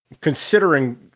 considering